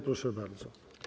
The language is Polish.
Proszę bardzo.